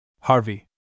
Harvey